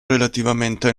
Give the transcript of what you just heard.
relativamente